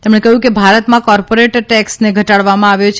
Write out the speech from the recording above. તેમણે કહ્યું કે ભારતમાં કોર્પોરેટ ટેકસને ઘટાડવામાં આવ્યો છે